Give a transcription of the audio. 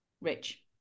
Rich